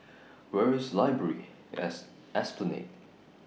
Where IS Library At Esplanade